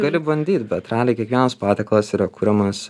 gali bandyt bet realiai kiekvienas patiekalas yra kuriamas